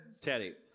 Teddy